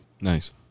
Nice